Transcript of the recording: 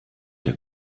der